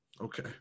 Okay